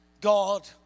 God